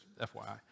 FYI